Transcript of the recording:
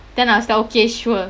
then I was like okay sure